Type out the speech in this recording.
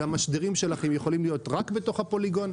והמשדרים שלכם יכולים להיות רק בתוך הפוליגון.